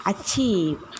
achieve